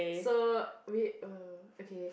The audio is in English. so we uh okay